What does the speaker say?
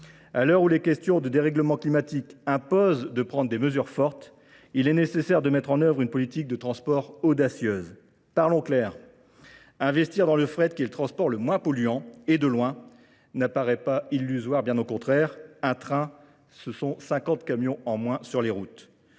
À l'heure où les questions de dérèglement climatique imposent de prendre des mesures fortes, il est nécessaire de mettre en œuvre une politique de transport audacieuse. Parlons clair. Investir dans le fret qui est le transport le moins polluant et de loin n'apparaît pas illusoire. Bien au contraire, un train, ce sont 50 camions en moins sur les routes.